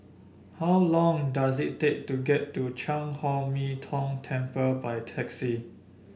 how long does it take to get to Chan Chor Min Tong Temple by taxi